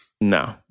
No